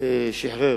שחרר